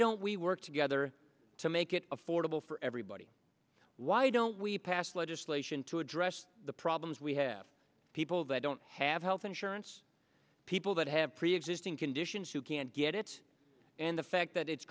don't we work together to make it affordable for everybody why don't we pass legislation to address the problems we have people that don't have health insurance people that have preexisting conditions who can't get it and the fact that it's